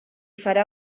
farà